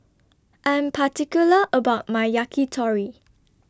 I Am particular about My Yakitori